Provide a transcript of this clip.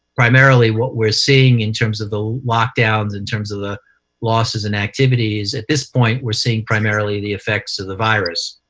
primarily what we're seeing in terms of the lockdowns, in terms of the losses and activities, at this point we're seeing primarily the effects of the virus.